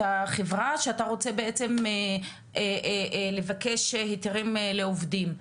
אתה חברה שאתה רוצה בעצם לבקש היתרים לעובדים.